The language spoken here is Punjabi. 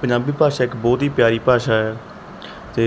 ਪੰਜਾਬੀ ਭਾਸ਼ਾ ਇੱਕ ਬਹੁਤ ਹੀ ਪਿਆਰੀ ਭਾਸ਼ਾ ਹੈ ਅਤੇ